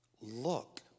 look